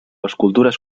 escultures